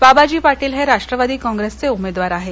बाबाजी पाटील हे राष्ट्रवादी काँप्रेसचे उमेदवार आहेत